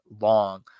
long